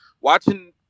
Watching